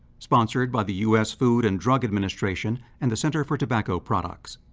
sponsored by the u s. food and drug administration and the center for tobacco products.